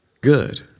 good